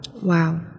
Wow